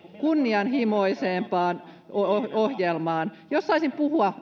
kunnianhimoisempaan ohjelmaan jos saisin puhua